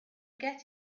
get